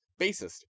bassist